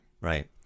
Right